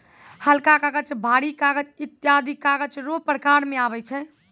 हलका कागज, भारी कागज ईत्यादी कागज रो प्रकार मे आबै छै